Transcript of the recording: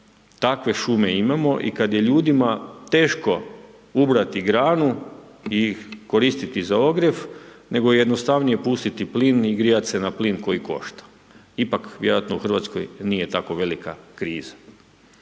takve šume imamo i kada je ljudima teško ubrati granu i koristiti za ogrjev, nego je jednostavnije pustiti plin i grijati se na plin koji košta. Ipak vjerojatno u Hrvatskoj nije tako velika kriza.